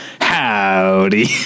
howdy